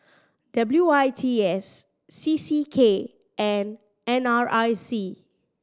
W I T S C C K and N R I C